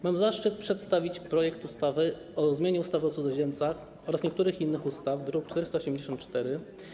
Mam zaszczyt przedstawić projekt ustawy o zmianie ustawy o cudzoziemcach oraz niektórych innych ustaw, druk nr 484.